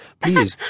please